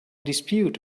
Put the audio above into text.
dispute